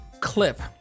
clip